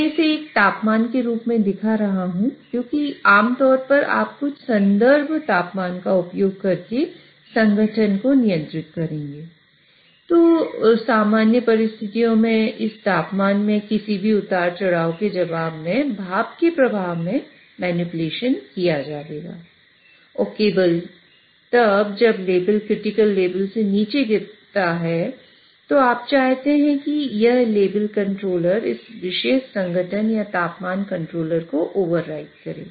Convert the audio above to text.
मैं इसे एक तापमान के रूप में दिखा रहा हूं क्योंकि आमतौर पर आप कुछ संदर्भ तापमान का उपयोग करके संघटन या तापमान कंट्रोलर को ओवरराइड करे